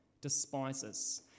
despises